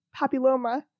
papilloma